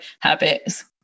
habits